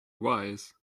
wise